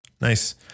Nice